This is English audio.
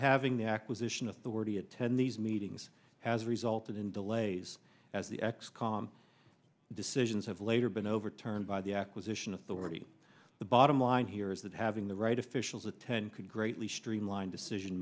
having the acquisition of the word attend these meetings has resulted in delays as the ex comm decisions have later been overturned by the acquisition authority the bottom line here is that having the right officials attend could greatly streamline decision